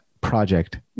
project